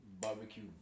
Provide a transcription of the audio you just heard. barbecue